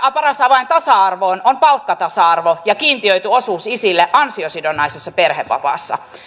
paras avain tasa arvoon on palkkatasa arvo ja kiintiöity osuus isille ansiosidonnaisessa perhevapaassa